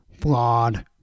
flawed